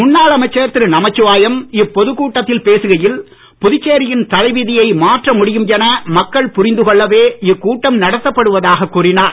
முன்னாள் அமைச்சர் திரு நமச்சிவாயம் இப் பொதுக் கூட்டத்தில் பேசுகையில் புதுச்சேரியின் தலைவிதியை மாற்ற முடியும் என மக்கள் புரிந்து கொள்ளவே இக்கூட்டம் நடத்தப்படுவதாக கூறினார்